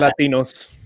Latinos